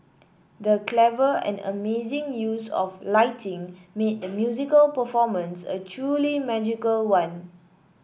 the clever and amazing use of lighting made the musical performance a truly magical one